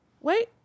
Wait